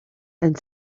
and